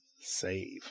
save